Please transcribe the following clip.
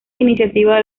iniciativa